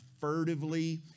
furtively